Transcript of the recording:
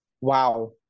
wow